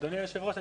אדוני היושב ראש,